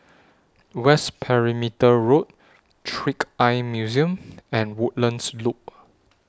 West Perimeter Road Trick Eye Museum and Woodlands Loop